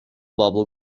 bubble